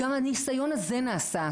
גם הניסיון הזה נעשה.